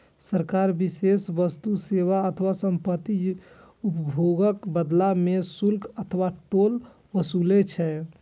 सरकार विशेष वस्तु, सेवा अथवा संपत्तिक उपयोगक बदला मे शुल्क अथवा टोल ओसूलै छै